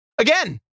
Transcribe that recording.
Again